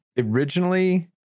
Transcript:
originally